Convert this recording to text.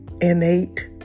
innate